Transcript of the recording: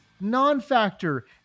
non-factor